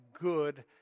good